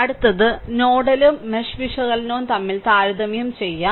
അടുത്തത് നോഡൽ ഉം മെഷ് വിശകലനവും തമ്മിൽ താരതമ്യം ചെയാം